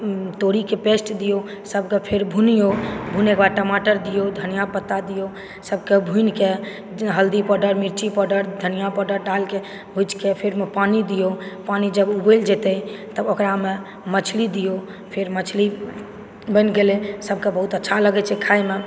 तोरीके पेस्ट दिऔ सबके फेर भूनिऔ भुनयके बाद टमाटर दिऔ धनिया पत्ता दिऔ सबके भुइनके जे हल्दी पाउडर मिर्ची पाउडर धनिया पाउडर डालिके भुजिके फेर ओहिमे पानि दिऔ पानि जब उबैल जेतै तब ओकरामे मछली दिऔ फेर मछली बनि गेलै सबके बहुत अच्छा लगै छै खाए मे